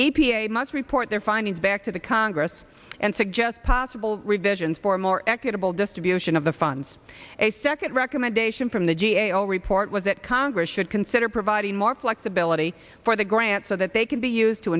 a must report their findings back to the congress and suggest possible revisions for a more equitable distribution of the funds a second recommendation from the g a o report was that congress should consider providing more flexibility for the grant so that they can be used to